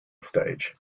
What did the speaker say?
stage